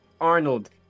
Arnold